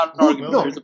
No